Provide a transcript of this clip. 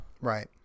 Right